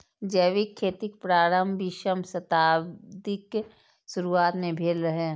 जैविक खेतीक प्रारंभ बीसम शताब्दीक शुरुआत मे भेल रहै